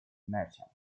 merchant